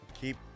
Keep